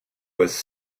was